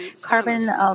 carbon